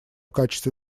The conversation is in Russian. качестве